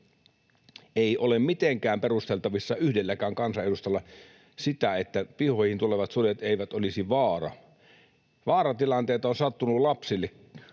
Ei ole mitenkään perusteltavissa yhdelläkään kansanedustajalla se, että pihoihin tulevat sudet eivät olisi vaara. Vaaratilanteita on sattunut lapsille